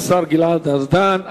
תודה לשר גלעד ארדן.